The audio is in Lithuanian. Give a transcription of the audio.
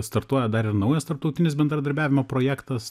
startuoja dar ir naujas tarptautinis bendradarbiavimo projektas